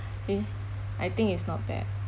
eh I think it's not bad